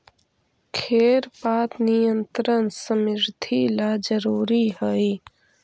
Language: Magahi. खेर पात नियंत्रण समृद्धि ला जरूरी हई